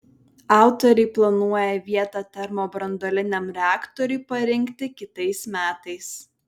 autoriai planuoja vietą termobranduoliniam reaktoriui parinkti kitais metais